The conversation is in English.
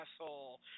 asshole